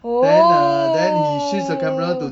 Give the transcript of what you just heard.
oh